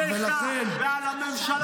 עליך ועל הממשלה שלך.